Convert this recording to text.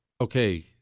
Okay